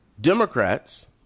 Democrats